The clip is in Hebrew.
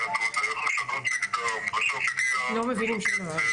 (מושמעת הקלטה) לא מבינים שום דבר.